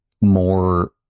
more